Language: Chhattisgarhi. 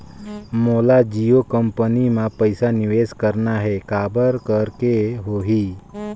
मोला जियो कंपनी मां पइसा निवेश करना हे, काबर करेके होही?